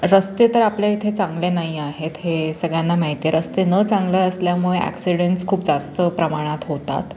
रस्ते तर आपल्या इथे चांगले नाही आहेत हे सगळ्यांना माहिती आहे रस्ते न चांगले असल्यामुळे ॲक्सिडेंट्स खूप जास्त प्रमाणात होतात